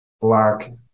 Black